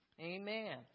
Amen